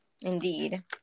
Indeed